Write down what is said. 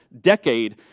decade